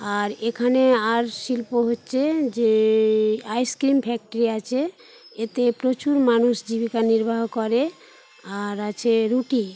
আর এখানে আর শিল্প হচ্ছে যে আইস্ক্রিম ফ্যাক্টরি আছে এতে প্রচুর মানুষ জীবিকা নির্বাহ করে আর আছে রুটি